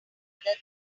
other